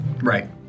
Right